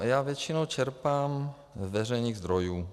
Já většinou čerpám z veřejných zdrojů.